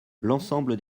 l’ensemble